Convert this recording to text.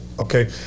okay